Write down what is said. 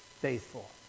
faithful